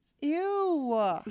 Ew